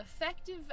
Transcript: effective